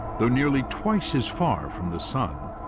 though nearly twice as far from the sun,